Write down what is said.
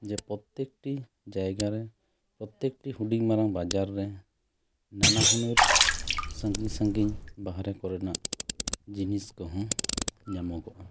ᱡᱮ ᱯᱚᱛᱮᱠ ᱴᱤ ᱡᱟᱭᱜᱟ ᱨᱮ ᱯᱚᱛᱮᱠᱴᱤ ᱦᱩᱰᱤᱧ ᱢᱟᱨᱟᱝ ᱵᱟᱡᱟᱨ ᱨᱮ ᱱᱟᱱᱟ ᱦᱩᱱᱟᱹᱨ ᱥᱟᱺᱜᱤᱧ ᱥᱟᱺᱜᱤᱧ ᱵᱟᱨᱦᱮ ᱠᱚᱨᱮᱱᱟᱜ ᱡᱤᱱᱤᱥ ᱠᱚᱦᱚᱸ ᱧᱟᱢᱚᱜᱚᱜᱼᱟ